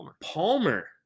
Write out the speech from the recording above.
Palmer